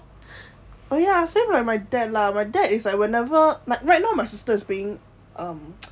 oh ya similar my dad lah my dad is whenever like right now my sister's being um